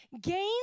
gain